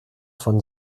von